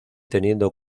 teniendo